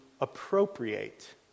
appropriate